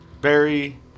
Barry